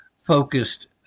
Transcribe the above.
focused